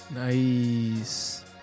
Nice